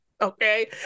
okay